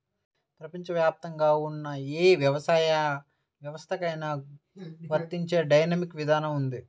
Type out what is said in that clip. ప్రపంచవ్యాప్తంగా ఉన్న ఏ వ్యవసాయ వ్యవస్థకైనా వర్తించే డైనమిక్ విధానం